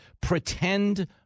pretend